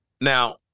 Now